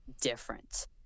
different